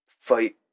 fight